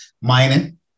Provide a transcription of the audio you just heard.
mining